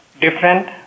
different